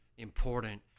important